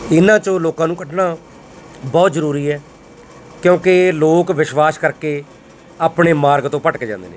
ਇਹਨਾਂ 'ਚੋਂ ਲੋਕਾਂ ਨੂੰ ਕੱਢਣਾ ਬਹੁਤ ਜ਼ਰੂਰੀ ਹੈ ਕਿਉਂਕਿ ਲੋਕ ਵਿਸ਼ਵਾਸ ਕਰਕੇ ਆਪਣੇ ਮਾਰਗ ਤੋਂ ਭਟਕ ਜਾਂਦੇ ਨੇ